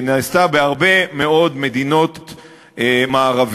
היא נעשתה בהרבה מאוד מדינות מערביות,